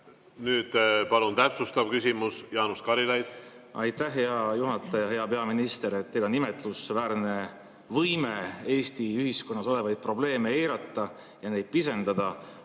Nüüd palun täpsustav küsimus, Jaanus Karilaid! Aitäh, hea juhataja! Hea peaminister! Teil on imetlusväärne võime Eesti ühiskonnas olevaid probleeme eirata ja neid pisendada